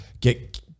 get